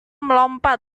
melompat